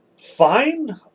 fine